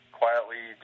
quietly